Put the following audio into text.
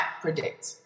predict